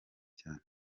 cyane